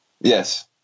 yes